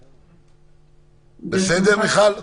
בסדר, מיכל?